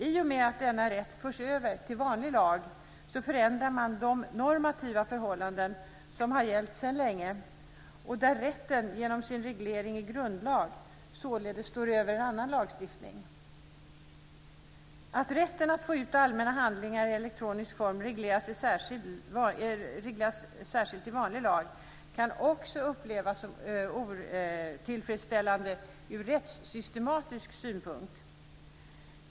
I och med att denna rätt förs över till vanlig lag förändrar man de normativa förhållanden som har gällt sedan länge och där rätten genom sin reglering i grundlag således står över annan lagstiftning. Att rätten att få ut allmänna handlingar i elektronisk form regleras särskilt i vanlig lag kan också upplevas som otillfredsställande ur rättssystematisk synpunkt.